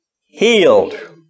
healed